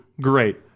great